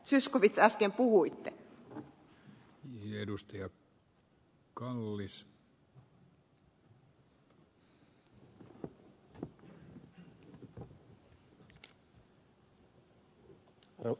zyskowicz äsken puhuitte